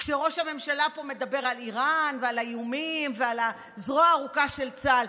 כשראש הממשלה פה מדבר על איראן ועל האיומים ועל הזרוע הארוכה של צה"ל,